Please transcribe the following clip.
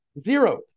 Zero